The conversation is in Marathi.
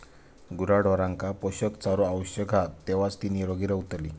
गुराढोरांका पोषक चारो आवश्यक हा तेव्हाच ती निरोगी रवतली